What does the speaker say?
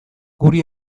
guri